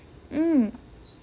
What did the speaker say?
mm